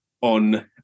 on